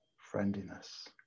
friendliness